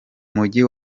mujyi